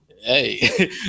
hey